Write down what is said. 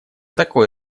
такой